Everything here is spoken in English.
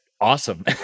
awesome